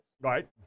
Right